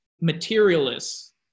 materialists